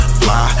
fly